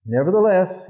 Nevertheless